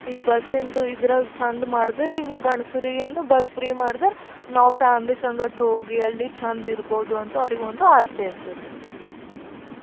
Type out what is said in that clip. ಈಗ ಬಸ್ಸಿಂದು ಇದ್ರಾಗ ಚೆಂದ ಮಾಡಿದ್ರೆ ಈಗ ಗಂಡ್ಸರಿಗೆ ಏನು ಬಸ್ ಫ್ರೀ ಮಾಡ್ದರೆ ನಾವು ಫಾಮ್ಲಿ ಸಂಗಡ ಹೋಗಿ ಅಲ್ಲಿ ಚೆಂದ ಇರ್ಬಹ್ದು ಅಂತ ಅವ್ರಿಗೆ ಒಂದು ಆಸೆ ಇರ್ತದ್ರಿ